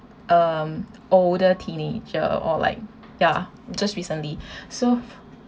um older teenager or like ya just recently so